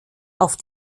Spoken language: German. auf